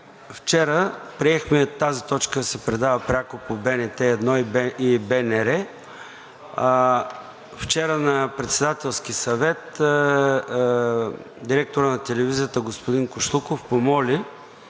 Вчера приехме тази точка да се предава пряко по БНТ 1 и БНР. Вчера на Председателски съвет директорът на телевизията господин Кошлуков помоли